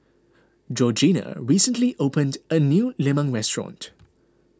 Georgina recently opened a new Lemang restaurant